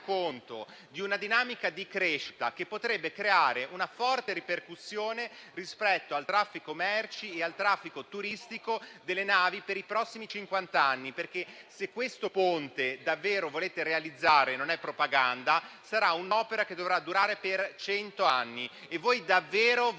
di una dinamica di crescita che potrebbe creare una forte ripercussione rispetto al traffico merci e a quello turistico delle navi per i prossimi cinquant'anni. Se davvero volete realizzare il Ponte e non è mera propaganda, sarà un'opera che dovrà durare per cent'anni. E voi davvero volete